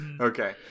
Okay